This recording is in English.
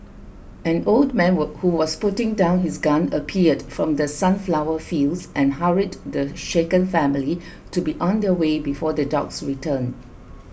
an old man were who was putting down his gun appeared from the sunflower fields and hurried the shaken family to be on their way before the dogs return